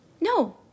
No